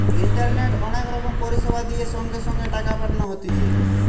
ইন্টারনেটে অনেক রকম পরিষেবা দিয়ে সঙ্গে সঙ্গে টাকা পাঠানো হতিছে